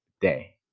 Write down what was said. day